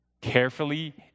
Carefully